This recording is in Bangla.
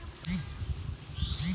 স্বল্প মেয়াদি লোন পাওয়া যায় কেমন করি?